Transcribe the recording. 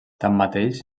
tanmateix